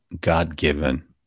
God-given